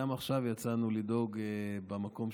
עכשיו יצאנו לדאוג במקום,